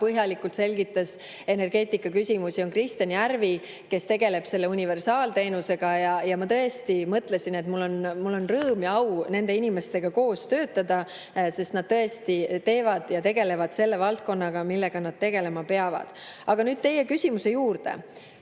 põhjalikult selgitas energeetikaküsimusi. Ja on Kristjan Järvi, kes tegeleb selle universaalteenusega. Ma tõesti mõtlen, et mul on rõõm ja au nende inimestega koos töötada, sest nad tegelevad just valdkonnaga, millega nad tegelema peavad. Aga nüüd teie küsimuse juurde.